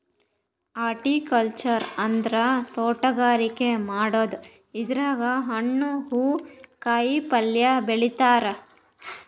horticulture ಅಂದ್ರ ತೋಟಗಾರಿಕೆ ಮಾಡದು ಇದ್ರಾಗ್ ಹಣ್ಣ್ ಹೂವಾ ಕಾಯಿಪಲ್ಯ ಬೆಳಿತಾರ್